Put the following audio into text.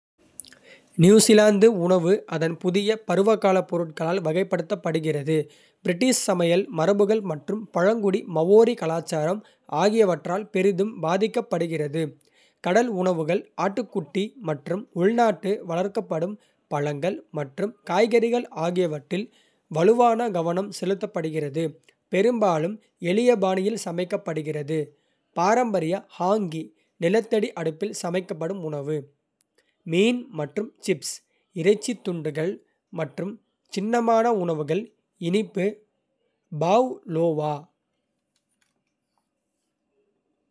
நியூசிலாந்து உணவு அதன் புதிய, பருவகாலப் பொருட்களால் வகைப்படுத்தப்படுகிறது, பிரிட்டிஷ் சமையல் மரபுகள் மற்றும் பழங்குடி மவோரி கலாச்சாரம் ஆகியவற்றால் பெரிதும் பாதிக்கப்படுகிறது, கடல் உணவுகள். ஆட்டுக்குட்டி மற்றும் உள்நாட்டில் வளர்க்கப்படும் பழங்கள் மற்றும் காய்கறிகள் ஆகியவற்றில் வலுவான கவனம் செலுத்தப்படுகிறது, பெரும்பாலும் எளிய பாணியில் சமைக்கப்படுகிறது. பாரம்பரிய "ஹாங்கி நிலத்தடி அடுப்பில் சமைக்கப்படும் உணவு, மீன் மற்றும் சிப்ஸ், இறைச்சி துண்டுகள் மற்றும் சின்னமான உணவுகள் இனிப்பு, பாவ்லோவா.